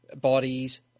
bodies